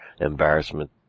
embarrassment